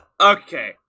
okay